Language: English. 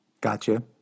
Gotcha